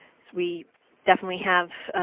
we definitely have